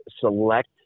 select